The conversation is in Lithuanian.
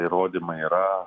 įrodymai yra